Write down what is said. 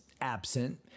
absent